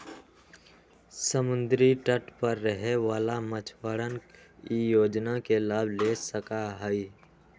समुद्री तट पर रहे वाला मछुअरवन ई योजना के लाभ ले सका हई